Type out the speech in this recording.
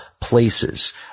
places